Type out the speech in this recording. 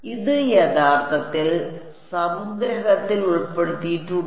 ഇത് യഥാർത്ഥത്തിൽ സംഗ്രഹത്തിൽ ഉൾപ്പെടുത്തിയിട്ടുണ്ട്